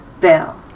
Bell